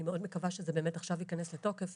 מאוד מקווה שזה באמת ייכנס עכשיו לתוקף,